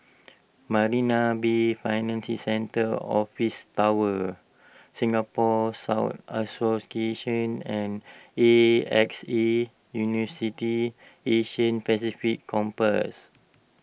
Marina Bay Financial Centre Office Tower Singapore Scout Association and A X A University Asia Pacific Campus